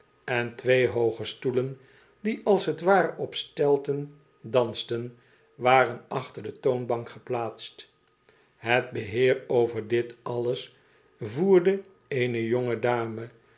en twee hooge stoelen die als t ware op stelten dansten waren achter de toonbank geplaatst het beheer over dit alles voerde eene